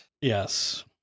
Yes